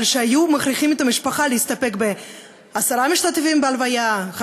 אבל שהיו מכריחים את המשפחה להסתפק בעשרה משתתפים בהלוויה,